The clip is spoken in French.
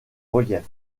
relief